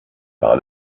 par